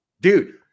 dude